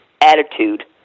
attitude